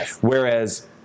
Whereas